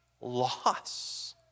loss